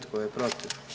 Tko je protiv?